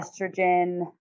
estrogen